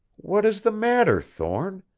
what is the matter, thorne?